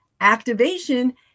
activation